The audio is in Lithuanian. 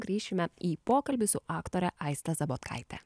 grįšime į pokalbį su aktore aiste zabotkaite